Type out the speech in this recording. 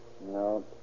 No